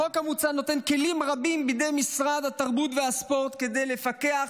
החוק המוצע נותן כלים רבים בידי משרד התרבות והספורט כדי לפקח